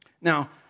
Now